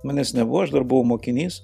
manęs nebuvo aš dar buvau mokinys